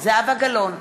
זהבה גלאון,